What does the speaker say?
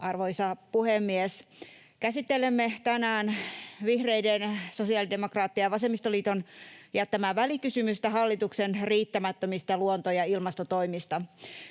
Arvoisa puhemies! Käsittelemme tänään vihreiden, sosiaalidemokraattien ja vasemmistoliiton jättämää välikysymystä hallituksen riittämättömistä luonto- ja ilmastotoimista.